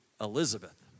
Elizabeth